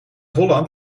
holland